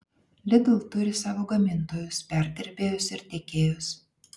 lidl turi savo gamintojus perdirbėjus ir tiekėjus